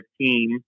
team